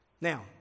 Now